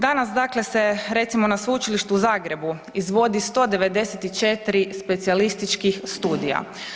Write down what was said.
Danas dakle se recimo na Sveučilištu u Zagrebu izvodi 194 specijalističkih studija.